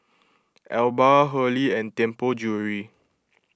Alba Hurley and Tianpo Jewellery